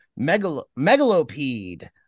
megalopede